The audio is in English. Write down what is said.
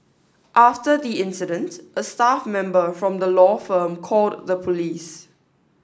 after the incident a staff member from the law firm called the police